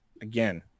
again